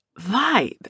vibe